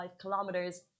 kilometers